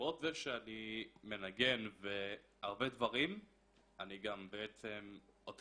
מ- -- למרות זה שאני מנגן והרבה דברים אני גם אוטיסט.